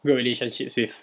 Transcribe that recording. real relationships with